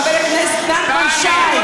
חבר הכנסת נחמן שי,